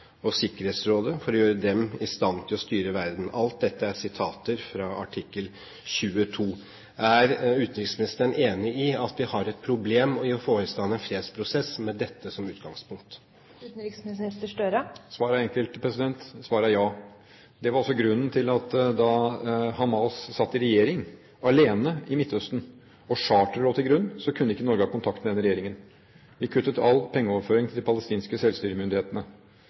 og Sikkerhetsrådet for å gjøre dem i stand til å styre verden. Alt dette er fra artikkel 22. Er utenriksministeren enig i at vi har et problem når det gjelder å få i stand en fredsprosess med dette som utgangspunkt? Svaret er enkelt. Svaret er ja. Det var også grunnen til at da Hamas satt i regjering alene i Midtøsten og charteret lå til grunn, kunne ikke Norge ha kontakt med den regjeringen. Vi kuttet all pengeoverføring til de palestinske selvstyremyndighetene.